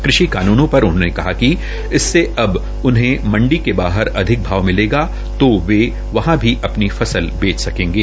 कृषि कानूनों पर उन्होंने कहा कि इससे अब उनहें मंडी के बाहर अधिक भाव मिलेगा तो वे वहां भी अपनी फसल बेच सकेंगे